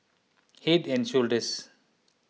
Head and Shoulders